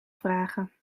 vragen